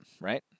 right